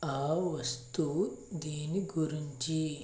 ఆ వస్తువు దేని గురించి